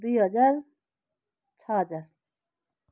दुई हजार छ हजार